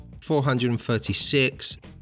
436